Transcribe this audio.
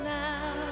now